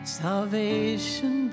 salvation